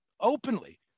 openly